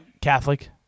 Catholic